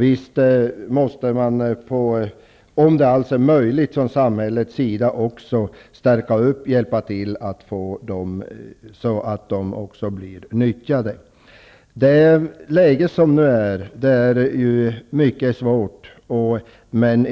Visst måste samhället också, om det alls är möjligt, hjälpa till och stärka dem så att de blir nyttjade. Läget är mycket svårt nu, men